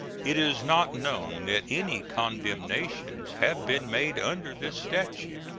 it is not known that any condemnations have been made under this statute.